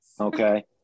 Okay